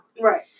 Right